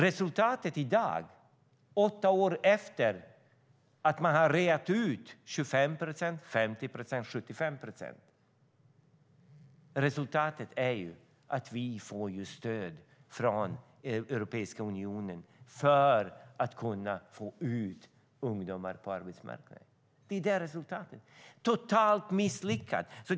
Resultatet i dag, åtta år efter det att man reade ut 25 procent, 50 procent, 75 procent är att vi får stöd från Europeiska unionen för att kunna få ut ungdomar på arbetsmarknaden. Det är resultatet - ett totalt misslyckande.